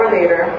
later